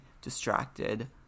distracted